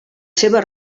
seva